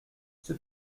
c’est